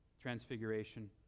transfiguration